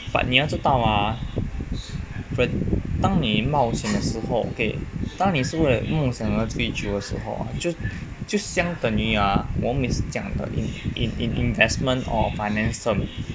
but 你要知道啊当你冒险的时候 okay 当你是为了梦想而追求的时候就就相等于啊我们每次讲的 in in investment or finance term